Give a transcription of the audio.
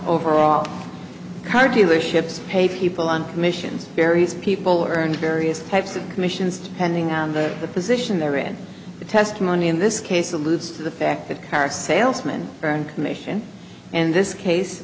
overall car dealerships pay people on commissions here he's people are in various types of commissions depending on the the position they're in the testimony in this case alludes to the fact that car salesman and commission and this case